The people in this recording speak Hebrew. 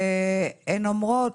והן אומרות,